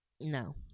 no